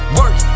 work